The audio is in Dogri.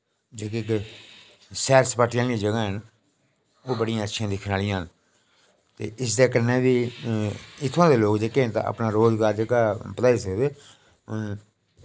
जेह्कियां सैर सपाटे आह्लियां जगह न ओह् बड़ियां अच्छियां दिखने आह्लियां न इसदे कन्ने बी इत्थुआं दे लोक जेह्के अपना रोजगार बढ़ाई सकदे न